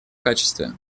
качестве